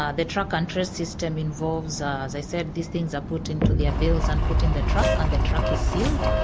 ah the track and trace system involves, as i said, these things are put into their bills and put in the truck and the truck is sealed.